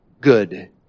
good